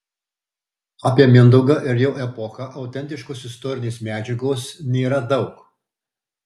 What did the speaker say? apie mindaugą ir jo epochą autentiškos istorinės medžiagos nėra daug